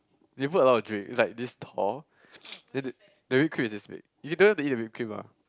they put a lot of drink it's like this tall then the the whipped cream is this big you don't hsve to eat the whipped cream ah